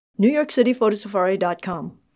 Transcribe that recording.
NewYorkCityPhotosafari.com